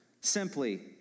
simply